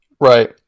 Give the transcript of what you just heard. Right